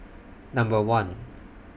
Number one